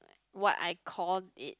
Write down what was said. what I call it